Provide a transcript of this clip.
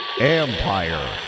Empire